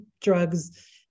drugs